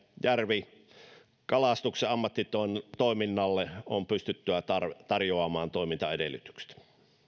järvikalastuksen ammattitoiminnalle on pystyttävä tarjoamaan tarjoamaan toimintaedellytykset